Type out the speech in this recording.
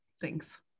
Thanks